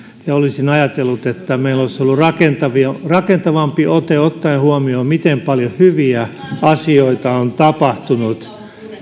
ja olisin ajatellut että meillä olisi ollut rakentavampi ote ottaen huomioon miten paljon hyviä asioita on tapahtunut